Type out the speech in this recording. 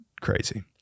crazy